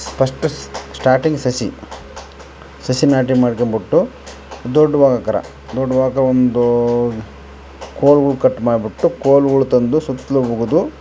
first starting ಸಸಿ ಸಸಿ ನಾಟಿ ಮಾಡ್ಕೊಂಬುಟ್ಟು ದೊಡ್ಡವಾಗಕರ ದೊಡ್ಡವಾದ ಒಂದು ಕೋಲುಗಳ್ ಕಟ್ ಮಾಡಿಬಿಟ್ಟು ಕೋಲುಗಳು ತಂದು ಸುತ್ತಲು ಹುಗಿದು